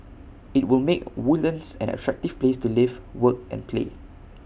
IT will make Woodlands an attractive place to live work and play